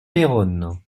péronne